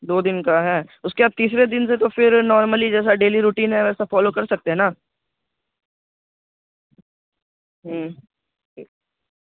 دو دن کا ہے اس کے آپ تیسرے دن سے تو پھر نارملی جیسا ڈیلی روٹین ہے ویسا فالو کر سکتے ہیں نا ہوں ٹھیک